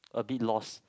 a bit lost